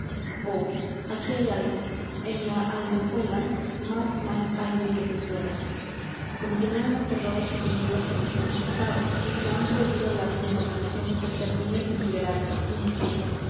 oh aquí hay algo en la aldehuela más mal hay del que se suena como que ya han acordado suprimir las comisiones de estado y se han prohibido las denominaciones de serviles y liberales indiqué yo